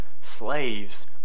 Slaves